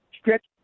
stretch